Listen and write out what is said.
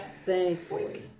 Thankfully